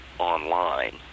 Online